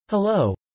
Hello